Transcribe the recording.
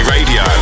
Radio